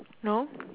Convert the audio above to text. no